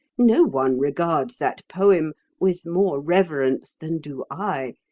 no one regards that poem with more reverence than do i.